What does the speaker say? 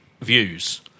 views